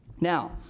Now